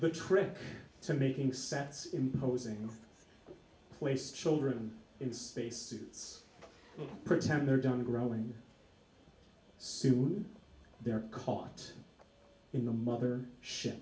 the trick to making sense imposing waste children in space suits pretend they're done grow and soon they're caught in the mother shi